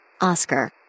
Oscar